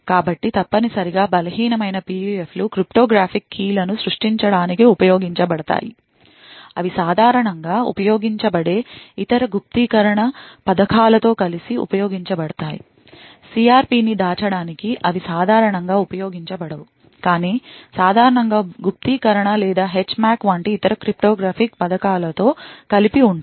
కాబట్టి తప్పనిసరిగా బలహీనమైన PUF లు క్రిప్టోగ్రాఫిక్ key లను సృష్టించడానికి ఉపయోగించబడతాయి అవి సాధారణంగా ఉపయోగించబడే ఇతర గుప్తీకరణ పథకాలతో కలిసి ఉపయోగించబడతాయి CRP ని దాచడానికి అవి సాధారణంగా ఉపయోగించబడవు కాని సాధారణంగా గుప్తీకరణ లేదా HMAC వంటి ఇతర క్రిప్టోగ్రాఫిక్ పథకాలతో కలిపి ఉంటాయి